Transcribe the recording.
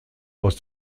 aus